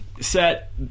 set